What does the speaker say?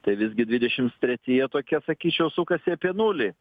tai visgi dvidešims treti jie tokie sakyčiau sukasi apie nulį